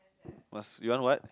must you want what